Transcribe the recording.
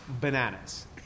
bananas